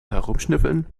herumschnüffeln